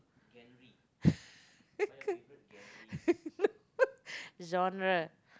no genre